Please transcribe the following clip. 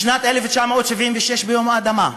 בשנת 1976, ביום האדמה,